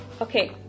Okay